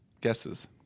guesses